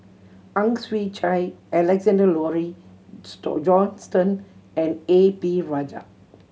Ang Chwee Chai Alexander Laurie Johnston and A P Rajah